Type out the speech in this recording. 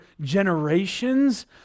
generations